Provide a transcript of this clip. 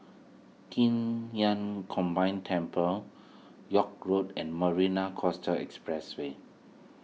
Qing Yun Combined Temple York Road and Marina Coastal Expressway